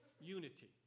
unity